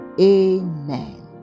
Amen